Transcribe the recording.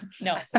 no